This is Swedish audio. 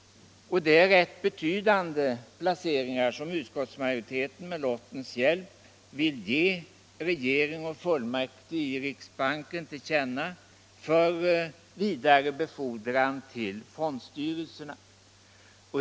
Det är ganska betydande placeringar som utskottsmajoriteten med lottens hjälp vill ge regering och fullmäktige i riksbanken till känna för vidare befordran till fondstyrelserna.